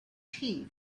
tea